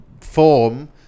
form